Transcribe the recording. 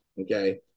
Okay